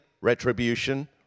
retribution